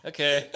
Okay